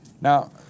Now